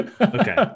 Okay